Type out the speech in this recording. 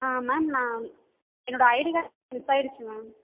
ஆ ma'am நான் என்னோடய ID card miss ஆயிருச்சு மேம்